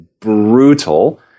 brutal